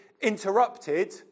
interrupted